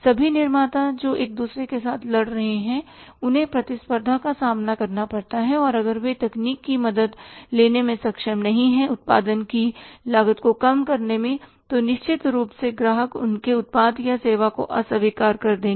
सभी निर्माता जो एक दूसरे के साथ लड़ रहे हैं उन्हें प्रतिस्पर्धा का सामना करना पड़ता है और अगर वे तकनीक की मदद लेने में सक्षम नहीं हैं उत्पादन की लागत को कम करने में तो निश्चित रूप से ग्राहक उनके उत्पाद या सेवा को अस्वीकार कर देंगे